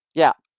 yeah.